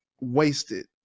wasted